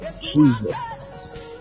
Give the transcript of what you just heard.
Jesus